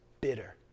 bitter